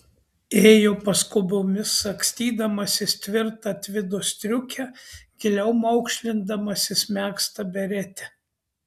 ėjo paskubomis sagstydamasis tvirtą tvido striukę giliau maukšlindamasis megztą beretę